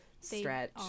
stretch